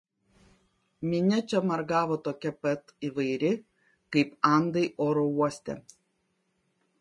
minia čia margavo tokia pat įvairi kaip andai oro uoste